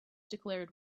declared